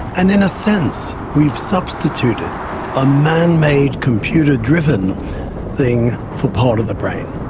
and in a sense we've substituted a man-made computer-driven thing for part of the brain.